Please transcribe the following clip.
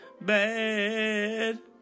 Bad